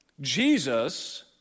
Jesus